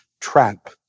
trap